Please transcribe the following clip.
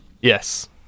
Yes